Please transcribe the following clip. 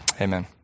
amen